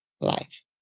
life